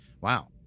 wow